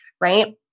right